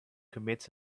commits